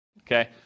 okay